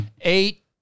eight